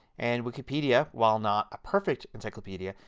and wikipedia, while not a perfect encyclopedia,